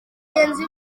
bagenzi